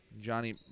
Johnny